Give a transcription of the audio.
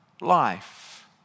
life